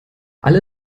alle